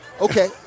okay